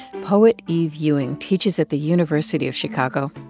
poet eve ewing teaches at the university of chicago.